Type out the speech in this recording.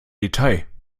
detail